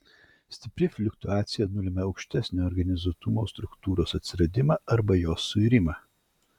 stipri fluktuacija nulemia aukštesnio organizuotumo struktūros atsiradimą arba jos suirimą